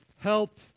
Help